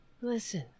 listen